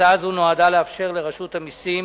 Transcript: הצעה זו נועדה לאפשר לרשות המסים